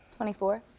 24